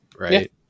right